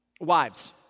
Wives